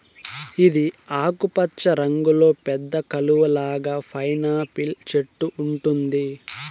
ఇది ఆకుపచ్చ రంగులో పెద్ద కలువ లాగా పైనాపిల్ చెట్టు ఉంటుంది